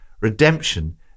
Redemption